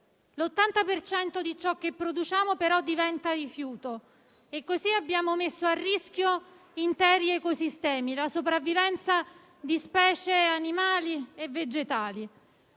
cento di ciò che produciamo, però, diventa rifiuto e così abbiamo messo a rischio interi ecosistemi, la sopravvivenza di specie animali e vegetali;